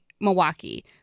Milwaukee